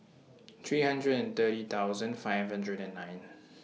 three hundred and thirty thousand five hundred and nine